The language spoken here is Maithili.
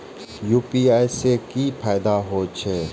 यू.पी.आई से की फायदा हो छे?